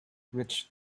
reached